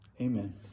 amen